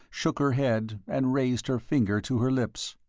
shook her head, and raised her finger to her lips.